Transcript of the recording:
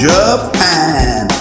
Japan